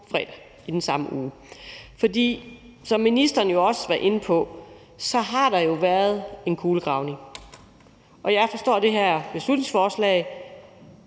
altså i den samme uge. Som ministeren jo også var inde på, har der været en kulegravning, og jeg forstår det her beslutningsforslag